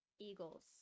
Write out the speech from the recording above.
Eagles